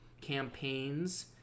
campaigns